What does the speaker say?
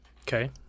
Okay